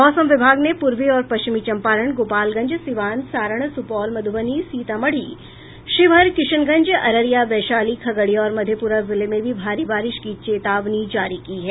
मौसम विभाग ने पूर्वी और पश्चिमी चंपारण गोपालगंज सिवान सारण सुपौल मधुबनी सीतामढ़ी शिवहर किशनगंज अररिया वैशाली खगड़िया और मध्रपेरा जिले में भी भारी बारिश की चेतावनी जारी की है